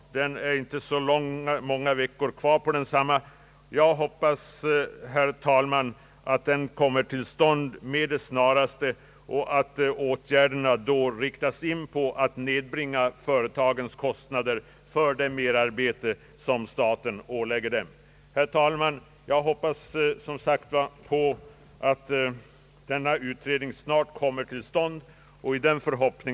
Det är inte så många veckor kvar på vårriksdagen, men jag hoppas, herr talman, att utredningen verkligen kan tillsättas med det snaraste och att åtgärder snart kan inriktas på att nedbringa företagens kostnader för det merarbete staten ålägger dem. Herr talman! Med min förhoppning att denna utredning snart kommer till stånd avger jag inte något yrkande.